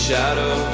Shadow